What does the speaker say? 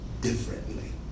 differently